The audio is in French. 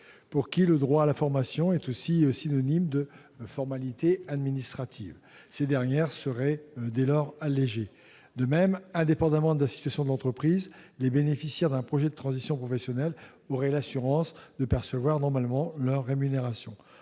pour qui le droit à la formation est aussi synonyme de formalités administratives. Ces dernières seraient dès lors allégées. De même, indépendamment de la situation de l'entreprise, les bénéficiaires d'un projet de transition professionnelle auraient l'assurance de percevoir normalement leur rémunération.